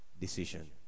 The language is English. decision